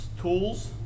Tools